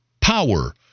power